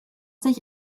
sich